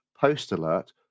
post-alert